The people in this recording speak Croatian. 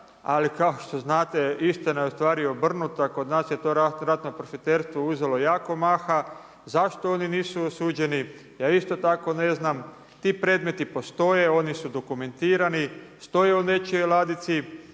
ali kao što znate istina je ustvari obrnuta, kod nas je to ratno profiterstvo uzelo jako maha, zašto oni nisu osuđeni, ja isto tako ne znam. Ti predmeti postoje, oni su dokumentirani, stoje u nečijoj ladici,